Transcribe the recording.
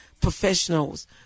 Professionals